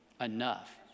enough